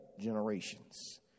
generations